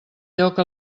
lloc